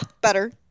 better